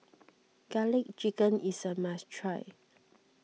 Garlic Chicken is a must try